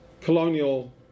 colonial